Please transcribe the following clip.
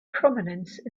prominence